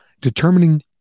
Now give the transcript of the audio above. determining